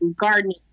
gardening